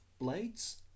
blades